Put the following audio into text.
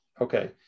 Okay